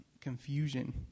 confusion